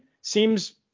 seems